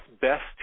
best